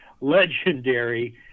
legendary